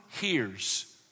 hears